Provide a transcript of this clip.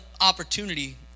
opportunity